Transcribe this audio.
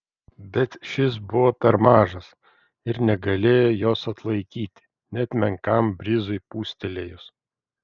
bet šis buvo per mažas ir negalėjo jos atlaikyti net menkam brizui pūstelėjus